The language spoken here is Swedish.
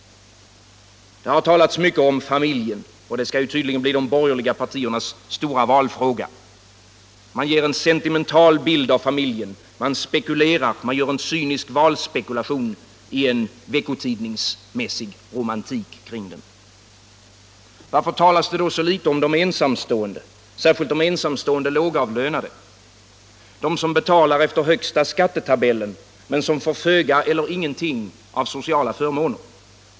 Det har talats mycket om familjen. Det skall tydligen bli de borgerliga — Nr 59 partiernas stora valfråga. Man ger en sentimental bild av familjen och Onsdagen den gör en cynisk valspekulation i en veckotidningsmässig romantik kring 4 februari 1976 den. Varför talas det så litet om de ensamstående, särskilt de ensamstående lågavlönade, de som betalar efter högsta skattetabellen men som = Allmänpolitisk får föga eller ingenting av sociala förmåner?